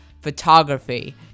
photography